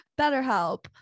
BetterHelp